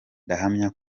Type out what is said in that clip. ndahamya